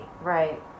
Right